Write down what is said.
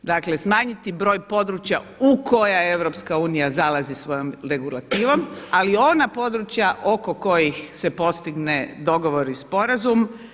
Dakle, smanjiti broj područja u koja EU zalazi svojom regulativom, ali i ona područja oko kojih se postigne dogovor i sporazum.